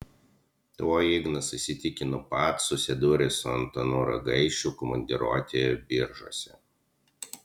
tuo ignas įsitikino pats susidūręs su antanu ragaišiu komandiruotėje biržuose